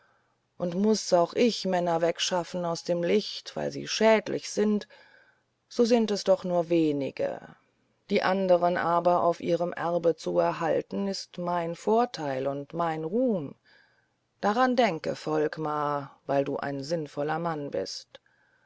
und muß auch ich männer wegschaffen aus dem licht weil sie schädlich sind so sind es doch nur wenige die anderen aber auf ihrem erbe zu erhalten ist mein vorteil und mein ruhm daran denke volkmar weil du ein sinnvoller mann bist